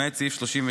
למעט סעיף 36,